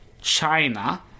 China